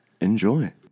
enjoy